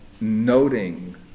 noting